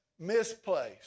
misplaced